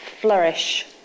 flourish